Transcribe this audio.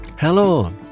Hello